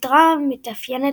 הסדרה מתאפיינת,